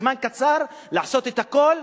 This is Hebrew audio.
זמן קצר לעשות את הכול,